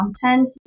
content